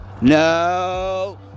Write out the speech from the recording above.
no